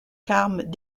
carmes